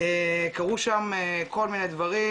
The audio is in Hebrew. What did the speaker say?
קרו שם כל מיני דברים